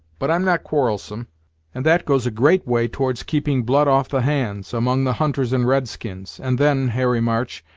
but i'm not quarrelsome and that goes a great way towards keeping blood off the hands, among the hunters and red-skins and then, harry march,